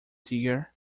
dear